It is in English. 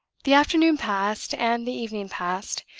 the afternoon passed, and the evening passed,